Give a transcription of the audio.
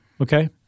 Okay